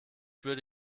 würde